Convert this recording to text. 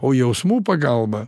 o jausmų pagalba